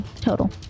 total